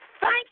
thank